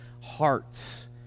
hearts